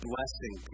Blessing